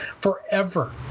forever